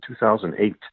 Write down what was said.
2008